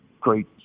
great